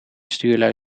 stuurlui